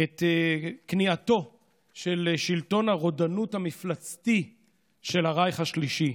את כניעתו של שלטון הרודנות המפלצתי של הרייך השלישי.